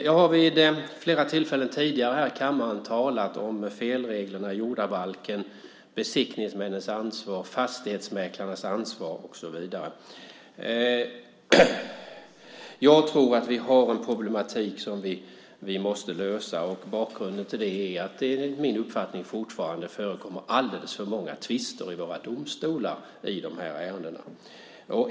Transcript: Jag har vid flera tillfällen tidigare här i kammaren talat om reglerna i jordabalken, om besiktningsmannens ansvar, fastighetsmäklarnas ansvar och så vidare. Jag tror att vi har en problematik som vi måste lösa. Bakgrunden till det är att det enligt min uppfattning fortfarande förekommer alldeles för många tvister i våra domstolar i de här ärendena.